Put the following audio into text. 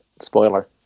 Spoiler